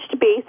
base